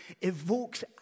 evokes